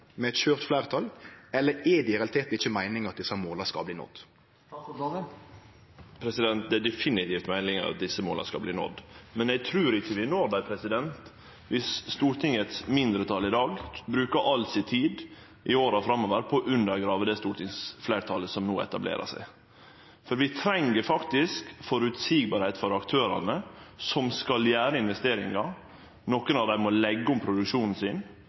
med eit skjørt fleirtal, eller er det i realiteten ikkje meininga at desse måla skal bli nådde? Det er definitivt meininga at desse måla skal bli nådde, men eg trur ikkje vi når dei viss Stortingets mindretal i dag bruker all si tid i åra framover på å undergrave det stortingsfleirtalet som no etablerer seg. For vi treng faktisk at det er føreseieleg for aktørane som skal gjere investeringar. Nokre av dei må leggje om produksjonen sin.